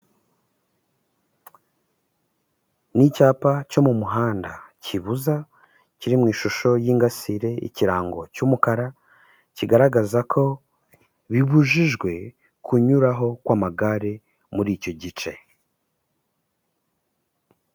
NI icyapa cyo mu muhanda kibuza kiri mu ishusho y'ingasire, ikirango cy'umukara kigaragaza ko bibujijwe kunyuraho kw'amagare muri icyo gice.